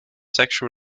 sexual